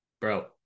bro